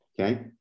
Okay